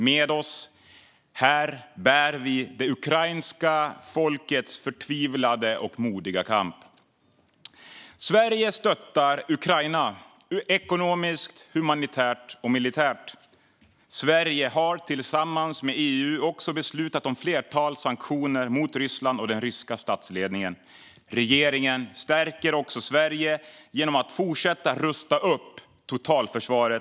Med oss här bär vi det ukrainska folkets förtvivlade och modiga kamp. Sverige stöttar Ukraina ekonomiskt, humanitärt och militärt. Sverige har tillsammans med EU också beslutat om ett flertal sanktioner mot Ryssland och den ryska statsledningen. Regeringen stärker också Sverige genom att fortsätta att rusta upp totalförsvaret.